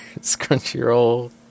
Crunchyroll